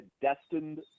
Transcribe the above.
destined